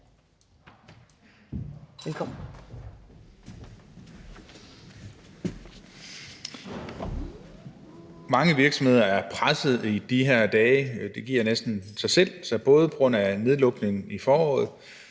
(DF): Mange virksomheder er presset i de her dage – det giver næsten sig selv – både på grund af nedlukningen i foråret,